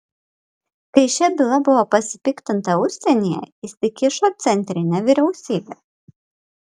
kai šia byla buvo pasipiktinta užsienyje įsikišo centrinė vyriausybė